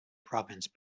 province